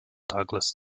douglas